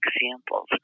examples